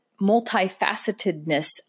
multifacetedness